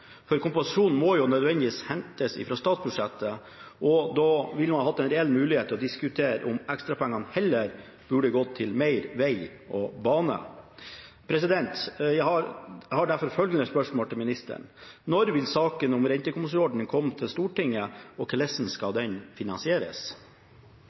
For kompensasjonen må jo nødvendigvis hentes fra statsbudsjettet, og da ville man hatt en reell mulighet til å diskutere om ekstrapengene heller burde gått til mer veg og bane. Jeg har derfor følgende spørsmål til ministeren: Når vil saken om rentekompensasjonsordningen komme til Stortinget? Og hvordan skal